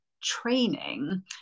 training